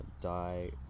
Die